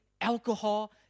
alcohol